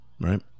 Right